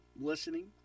listening